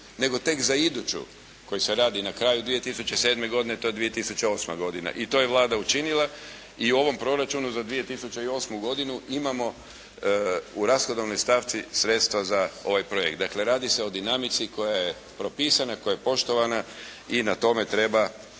nego tek za iduću koji se radi na kraju 2007. godine, to je 2008. godina i to je Vlada učinila. I u ovom proračunu za 2008. godinu imamo u rashodovnoj stavci sredstva za ovaj projekt. Dakle, radi se o dinamici koja je propisana, koja je poštovana i na tome treba